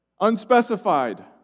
unspecified